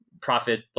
profit